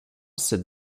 cette